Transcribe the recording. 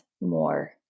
more